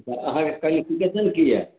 अहाँके क्वालिफ़िकेशन की यए